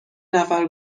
نفر